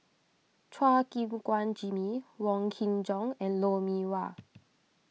Chua Gim Guan Jimmy Wong Kin Jong and Lou Mee Wah